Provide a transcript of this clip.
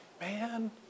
Man